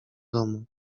domu